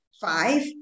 five